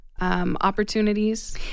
Opportunities